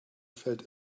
felt